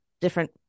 different